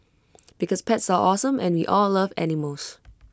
because pets are awesome and we all love animals